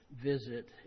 visit